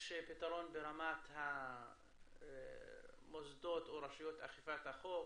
יש פתרון ברמת המוסדות או רשויות אכיפת החוק,